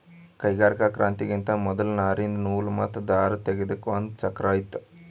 ಕೈಗಾರಿಕಾ ಕ್ರಾಂತಿಗಿಂತಾ ಮೊದಲ್ ನಾರಿಂದ್ ನೂಲ್ ಮತ್ತ್ ದಾರ ತೇಗೆದಕ್ ಒಂದ್ ಚಕ್ರಾ ಇತ್ತು